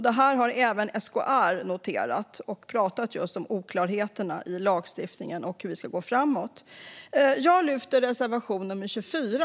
Detta har även SKR noterat, och de talar om just oklarheter i lagstiftningen och hur vi ska gå framåt. Fru talman! Jag lyfter fram reservation 24.